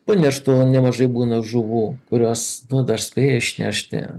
nemažai būna žuvų kurios dar spėja išnešti